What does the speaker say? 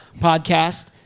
podcast